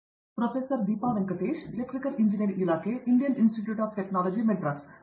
ಹಾಗಾಗಿ ನಮ್ಮೊಂದಿಗೆ electrical engineering ಇಲಾಖೆಯಿಂದ ಪ್ರೊಫೆಸರ್ ದೀಪಾ ವೆಂಕಟೇಶ್ ಇರುವುದು ನಮಗೆ ಆನಂದ